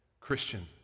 Christian